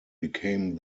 became